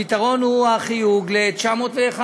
הפתרון הוא החיוג ל-911.